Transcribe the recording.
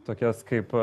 tokias kaip